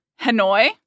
Hanoi